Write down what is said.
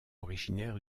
originaire